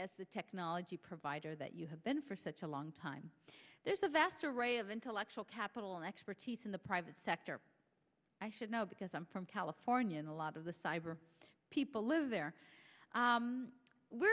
as the technology provider that you have been for such a long time there's a vast array of intellectual capital and expertise in the private sector i should know because i'm from california and a lot of the cyber people live there